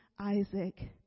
isaac